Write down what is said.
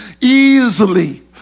easily